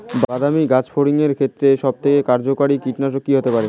বাদামী গাছফড়িঙের ক্ষেত্রে সবথেকে কার্যকরী কীটনাশক কি হতে পারে?